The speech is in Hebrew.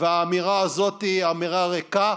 והאמירה הזאת היא אמירה ריקה,